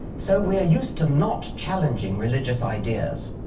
so, we're used to not challenging religious ideas,